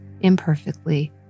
imperfectly